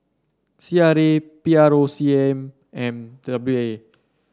C R A P R O C M M W A